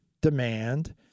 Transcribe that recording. demand